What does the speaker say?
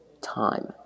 time